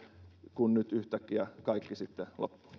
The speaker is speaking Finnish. kun nyt yhtäkkiä kaikki sitten